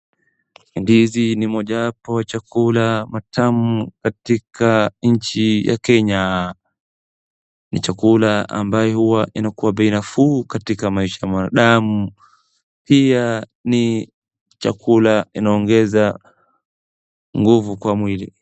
Ndizi ni mojawapo chakula matamu katika nchi ya Kenya. Ni chakula ambaye huwa inakuwa bei nafuu katika maisha ya mwandamu. Pia ni chakula inaongeza nguvu kwa mwili.